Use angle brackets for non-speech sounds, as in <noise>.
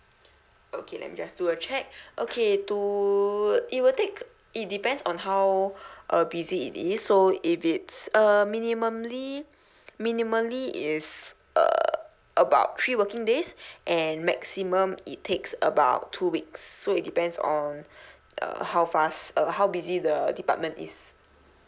okay let me just do a check okay to it will take it depends on how uh busy it is so if it's err minimally minimally it's uh about three working days <breath> and maximum it takes about two weeks so it depends on err how fast uh how busy the department is